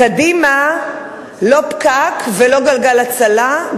קדימה לא פקק ולא גלגל הצלה,